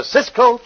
Cisco